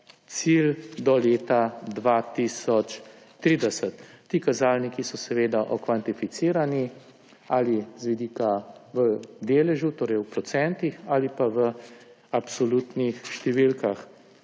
cilj do leta 2030. Ti kazalniki so kvantificirani v deležu, torej v procentih, ali v absolutnih številkah.